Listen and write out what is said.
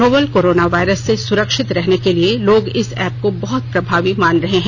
novel corona virus से सुरक्षित रहने के लिए लोग इस ऐप को बहुत प्रभावी मान रहे हैं